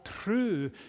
true